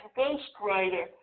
ghostwriter